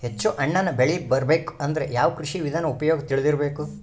ಹೆಚ್ಚು ಹಣ್ಣನ್ನ ಬೆಳಿ ಬರಬೇಕು ಅಂದ್ರ ಯಾವ ಕೃಷಿ ವಿಧಾನ ಉಪಯೋಗ ತಿಳಿದಿರಬೇಕು?